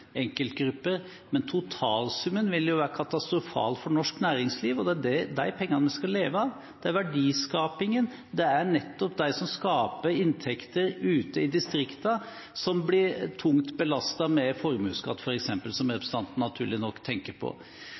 enkeltgrupper, men totalsummen vil være katastrofal for norsk næringsliv. Det er de pengene vi skal leve av, det er verdiskapingen. Det er nettopp de som skaper inntekter ute i distriktene, som blir tungt belastet med f.eks. formuesskatt, som representanten naturlig nok tenker på.